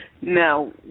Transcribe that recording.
Now